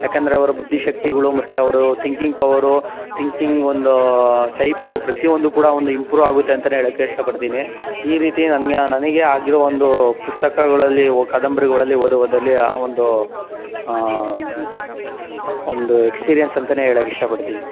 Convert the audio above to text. ಏಕೆಂದ್ರೆ ಅವರ ಬುದ್ಧಿ ಶಕ್ತಿಗಳು ಮತ್ತೆ ಅವ್ರ ತಿಂಕಿಂಗ್ ಪವರೂ ತಿಂಕಿಂಗ್ ಒಂದು ಟೈಪು ಪ್ರತಿಯೊಂದು ಕೂಡ ಒಂದು ಇಂಪ್ರೂವ್ ಆಗುತ್ತೆ ಅಂತಲೇ ಹೇಳೋಕೆ ಇಷ್ಟಪಡ್ತೀನಿ ಈ ರೀತಿ ನನಗೆ ನನಗೆ ಆಗಿರೋ ಒಂದೂ ಪುಸ್ತಕಗಳಲ್ಲಿ ಒ ಕಾದಂಬರಿಗಳಲ್ಲಿ ಓದು ಓದಲ್ಲಿ ಒಂದು ಒಂದು ಎಕ್ಸ್ಪೀರಿಯನ್ಸ್ ಅಂತಲೇ ಹೇಳೋಕೆ ಇಷ್ಟಪಡ್ತೀನಿ